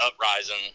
uprising